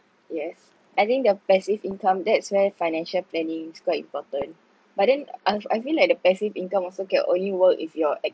yes I think the passive income that's where financial planning is quite important but then I I feel like the passive income also can only work if you're